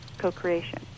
co-creation